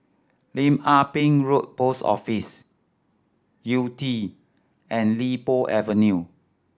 Lim Ah Pin Road Post Office Yew Tee and Li Po Avenue